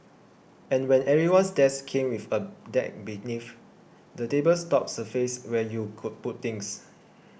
and when everyone's desk came with a deck beneath the table's top surface where you could put things